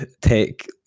take